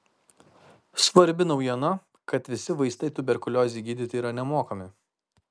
svarbi naujiena kad visi vaistai tuberkuliozei gydyti yra nemokami